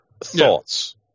thoughts